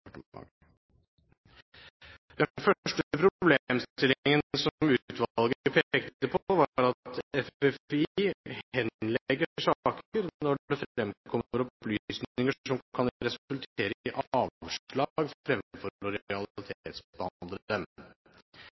Den første problemstillingen som utvalget pekte på, var at FFI henlegger saker når det fremkommer opplysninger som kan resultere i avslag, fremfor å